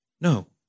No